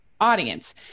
audience